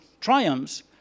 triumphs